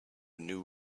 new